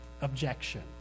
objection